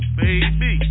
baby